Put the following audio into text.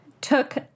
took